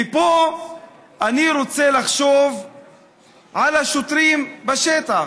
מפה אני רוצה לחשוב על השוטרים בשטח.